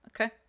Okay